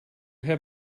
have